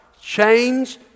Change